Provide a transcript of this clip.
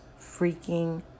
freaking